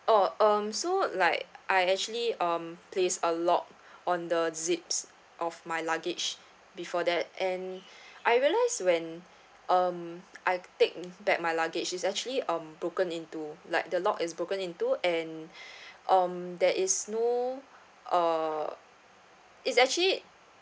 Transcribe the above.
oh um so like I actually um place a lot on the zips of my luggage before that and I realise when um I take back my luggage it's actually um broken into like the lock is broken into and um there is no uh it's actually